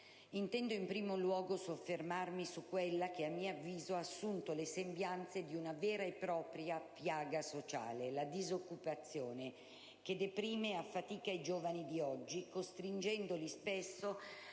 Intendo in primo luogo soffermarmi su quella che a mio avviso ha assunto le sembianze di una vera e propria piaga sociale: la disoccupazione, che deprime e affatica i giovani di oggi, costringendoli spesso a